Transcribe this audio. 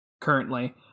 currently